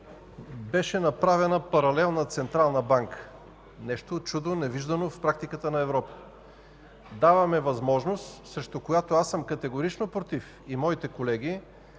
беше направена паралелна Централна банка – нещо, чудо невиждано в практиката на Европа. Даваме възможност, срещу която аз и моите колеги